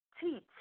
teach